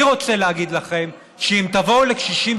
אני רוצה להגיד לכם שאם תבואו לקשישים